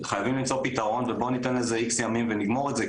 חייבים למצוא פתרון ובוא ניתן לזה X ימים ונגמור את זה.